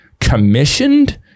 commissioned